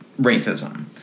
racism